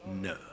No